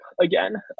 again